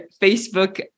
Facebook